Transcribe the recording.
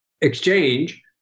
exchange